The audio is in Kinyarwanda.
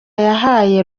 yahaye